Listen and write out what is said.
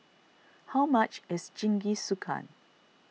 how much is Jingisukan